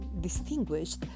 distinguished